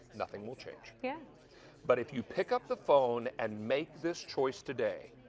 nothing will change. yeah but if you pick up the phone and make this choice today,